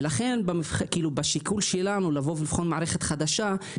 ולכן בשיקול שלנו לבוא ולבחון מערכת חדשה,